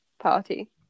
party